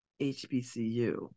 HBCU